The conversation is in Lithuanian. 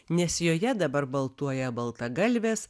nes joje dabar baltuoja baltagalvės